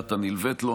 המסייעת הנלווית לו.